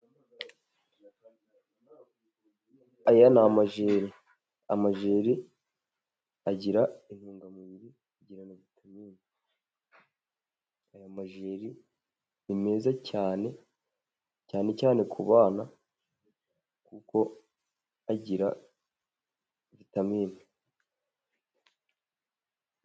Aya ni amajeri, amajeri agira intungamubiri agira na vitamini. Aya majeri ni meza cyane cyane ku bana kuko agira vitamini.